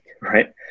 right